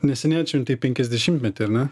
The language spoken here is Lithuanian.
neseniai atšventei penkiasdešimtmetį ar ne